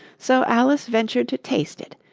so alice ventured to taste it,